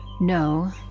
No